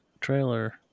trailer